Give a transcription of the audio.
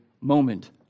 moment